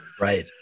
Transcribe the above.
Right